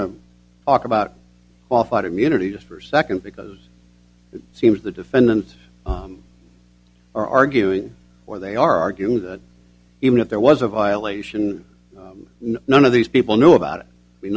to talk about qualified immunity just for a second because it seems the defendants are arguing or they argue that even if there was a violation none of these people knew about it we